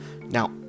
Now